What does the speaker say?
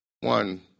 One